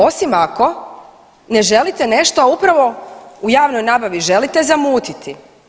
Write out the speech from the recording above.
Osim ako ne želite nešto, a upravo u javnoj nabavi želite zamutiti.